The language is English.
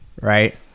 Right